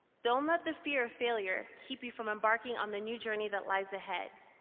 don't let the fear of failure keep you from embarking on the new journey that lies ahead,